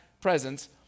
presence